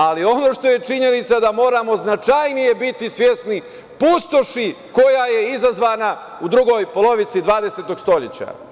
Ali ono što je činjenica je da moramo značajnije biti svesni pustoši koja je izazvana u drugoj polovini 20. stoleća.